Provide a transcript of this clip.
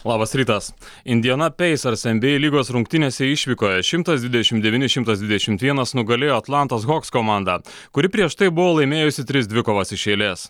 labas rytas indiana peisers nba lygos rungtynėse išvykoje šimtas dvidešim devyni šimtas dvidešimt vienas nugalėjo atlantos hoks komandą kuri prieš tai buvo laimėjusi tris dvikovas iš eilės